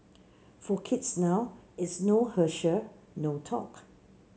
for kids now it's no Herschel no talk